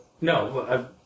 No